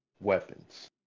weapons